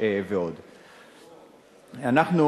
רופא,